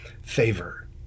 favor